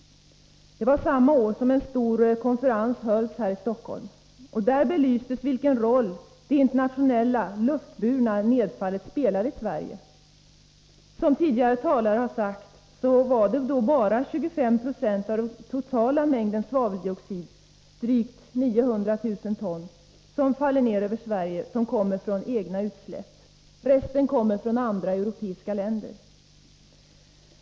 Det var samma år som en stor konferens hölls här i Stockholm. Där belystes vilken roll det internationella luftburna nedfallet spelar i Sverige. Som tidigare talare har sagt är det bara 20-25 96 av den totala mängden svaveldioxid, drygt 900 000 ton, som faller ned över Sverige som kommer från egna utsläpp. Resten kommer från andra europeiska länder.